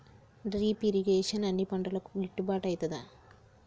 Drip irrigation అన్ని పంటలకు గిట్టుబాటు ఐతదా?